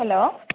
hello